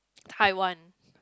Taiwan